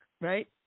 right